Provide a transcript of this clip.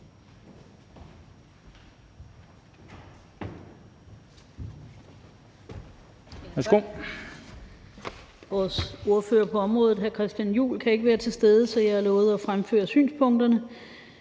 Vores ordfører på området, hr. Christian Juhl, kan ikke være til stede, så jeg har lovet at fremføre synspunkterne,